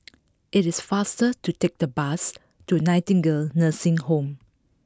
it is faster to take the bus to Nightingale Nursing Home